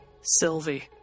Sylvie